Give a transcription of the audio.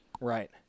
Right